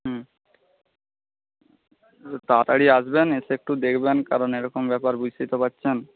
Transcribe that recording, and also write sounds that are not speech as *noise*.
হুম *unintelligible* তাড়াতাড়ি আসবেন এসে একটু দেখবেন কারণ এরকম ব্যাপার বুঝতেই তো পারছেন